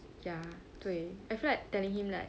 ya 对 I feel like telling him like